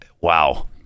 wow